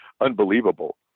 unbelievable